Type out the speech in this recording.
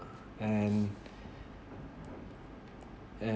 and and